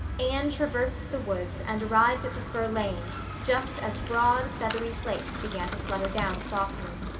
anne traversed the woods and arrived at the fir lane just as broad, feathery flakes began to flutter down softly.